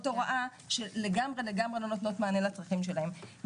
הוראה שלגמרי לא נותנות מענה לצרכים שלהם.